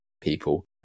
people